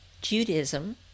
Judaism